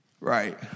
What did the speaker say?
Right